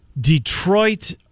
Detroit